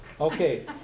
Okay